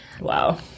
Wow